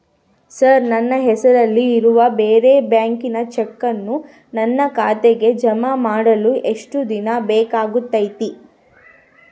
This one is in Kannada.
ಸರ್ ನನ್ನ ಹೆಸರಲ್ಲಿ ಇರುವ ಬೇರೆ ಬ್ಯಾಂಕಿನ ಚೆಕ್ಕನ್ನು ನನ್ನ ಖಾತೆಗೆ ಜಮಾ ಮಾಡಲು ಎಷ್ಟು ದಿನ ಬೇಕಾಗುತೈತಿ?